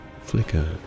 flicker